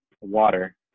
water